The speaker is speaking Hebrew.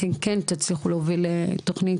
אתם כן תצליחו להוביל תוכנית.